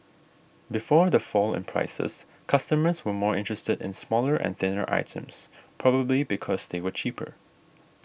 before the fall in prices customers were more interested in smaller and thinner items probably because they were cheaper